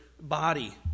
body